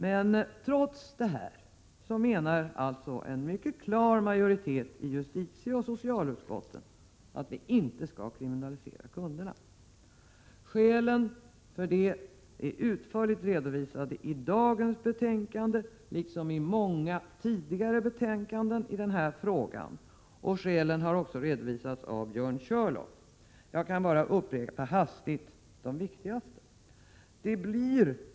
Men trots det menar alltså en mycket klar majoritet i justitieoch socialutskotten att vi inte skall kriminalisera kundernas beteende. Skälen för det är utförligt redovisade i dagens betänkande liksom i många tidigare betänkanden i frågan. Skälen har också redovisats av Björn Körlof, och jag skall bara hastigt upprepa de viktigaste.